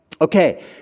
Okay